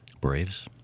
Braves